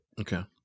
Okay